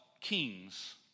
kings